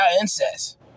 incest